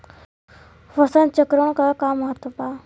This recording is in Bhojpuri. फसल चक्रण क का महत्त्व बा?